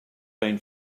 been